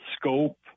Scope